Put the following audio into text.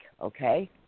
okay